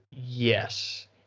yes